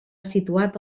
situat